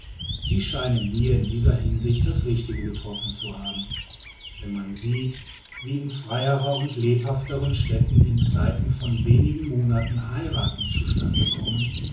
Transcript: sie scheinen mir in dieser hinsicht das richtige getroffen zu haben wenn man sieht wie in freieren und lebhafteren städten in zeit von wenigen monaten heiraten zu stande kommen